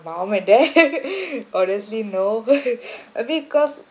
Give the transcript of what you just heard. mum and dad honestly no I mean cause